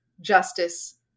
Justice